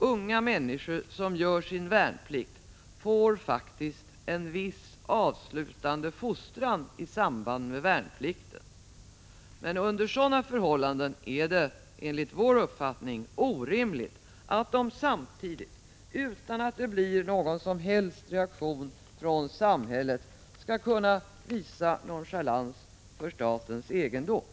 Unga människor som gör sin värnplikt får faktiskt en viss avslutande fostran i samband med värnplikten. Under sådana förhållanden är det enligt vår uppfattning orimligt att de samtidigt, utan att det blir någon som helst reaktion från samhället, skall kunna visa nonchalans för statens egendom.